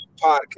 podcast